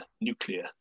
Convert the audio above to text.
nuclear